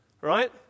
right